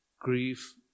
grief